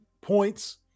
points